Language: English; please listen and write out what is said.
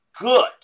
good